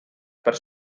per